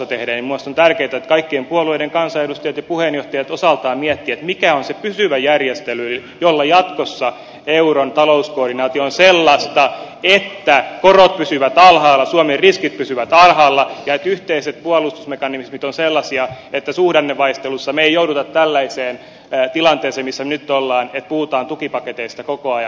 minun mielestäni on tärkeätä että kaikkien puolueiden kansanedustajat ja puheenjohtajat osaltaan miettivät mikä on se pysyvä järjestely jolla jatkossa euron talouskoordinaatio on sellaista että korot pysyvät alhaalla suomen riskit pysyvät alhaalla ja yhteiset puolustusmekanismit ovat sellaisia että suhdannevaihtelussa me emme joudu tällaiseen tilanteeseen missä nyt olemme että puhutaan tukipaketeista koko ajan